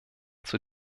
zur